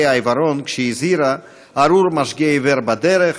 העיוורון כשהזהירה: "ארור מַשְׁגֶּה עִוֵּר בדרך",